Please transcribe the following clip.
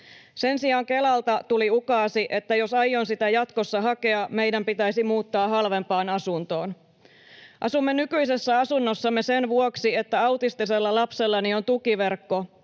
Sen sijaan Kelalta tuli ukaasi, että jos aion sitä jatkossa hakea, meidän pitäisi muuttaa halvempaan asuntoon. Asumme nykyisessä asunnossamme sen vuoksi, että autistisella lapsellani on tukiverkko,